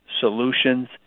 Solutions